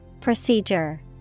Procedure